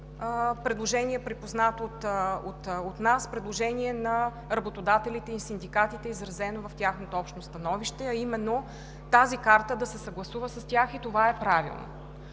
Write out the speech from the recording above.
предложенията е припознато от нас – предложение на работодателите и синдикатите изразено в тяхното общо становище, а именно тази карта да се съгласува с тях и това е правилно.